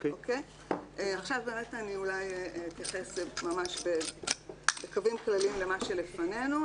עכשיו אני אתייחס ממש בקווים כלליים למה שלפנינו,